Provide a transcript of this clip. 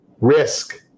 Risk